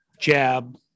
jab